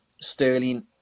Sterling